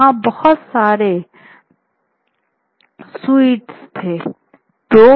वहाँ बहुत सारे सूइटर्स थे